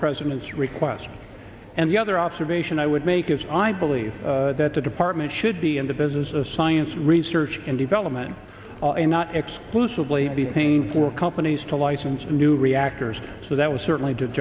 president's request and the other observation i would make is i believe that the department should be in the business of science research and development and not exclusively be paying for companies to license new reactors so that was certainly did